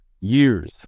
years